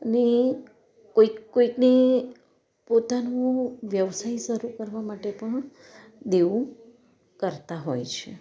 અને કોઈક કોઈકને પોતાનું વ્યવસાય શરૂ કરવા માટે પણ દેવું કરતાં હોય છે